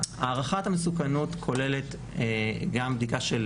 הערכת המסוכנות כוללת גם בדיקה של